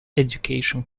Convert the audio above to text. education